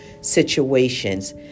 situations